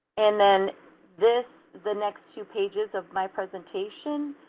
and then this, the next two pages of my presentation,